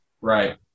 Right